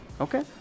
Okay